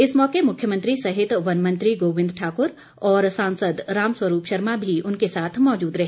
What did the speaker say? इस मौके मुख्यमंत्री सहित वनमंत्री गोबिंद ठाक्र और सांसद रामस्वरूप शर्मा भी उनके साथ मौजूद रहे